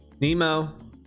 nemo